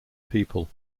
people